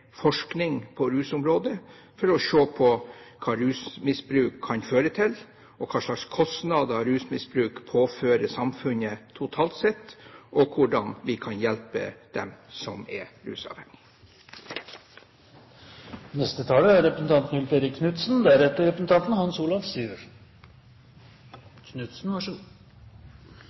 forskning på rusområdet for å se på hva rusmisbruk kan føre til, hva slags kostnader rusmisbruk påfører samfunnet totalt sett, og hvordan vi kan hjelpe dem som er